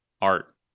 art